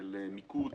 של מיקוד